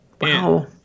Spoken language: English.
Wow